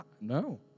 No